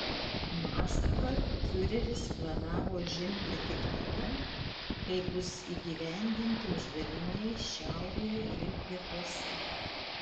maskvą fiureris planavo užimti tik tada kai bus įgyvendinti uždaviniai šiaurėje ir pietuose